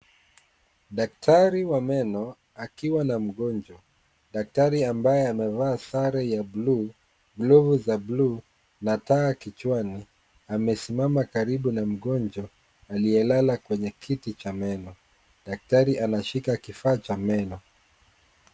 Daktari wa meno akiwa na mgonjwa, daktari ambaye amevaa sare ya bluu, glavu za bluu na taa kichwani amesimama karibu na mgonjwa aliyelala kwenye kiti cha meno. Daktari anashika kifaa cha meno.